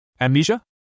Amnesia